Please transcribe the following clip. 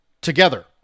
together